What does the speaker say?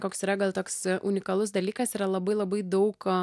koks yra gal toks unikalus dalykas yra labai labai daug